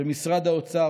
למשרד האוצר,